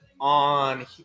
on